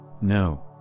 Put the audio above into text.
No